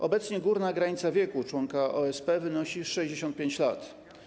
Obecnie górna granica wieku członka OSP wynosi 65 lat.